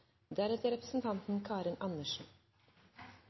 deretter representanten